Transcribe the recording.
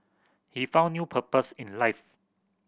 he found new purpose in life